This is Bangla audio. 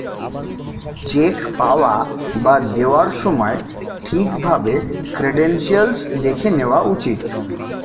চেক পাওয়া বা দেওয়ার সময় ঠিক ভাবে ক্রেডেনশিয়াল্স দেখে নেওয়া উচিত